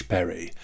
Perry